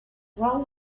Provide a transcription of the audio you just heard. well